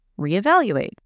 reevaluate